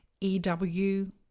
EW